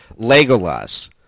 Legolas